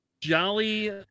Jolly